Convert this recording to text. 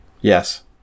Yes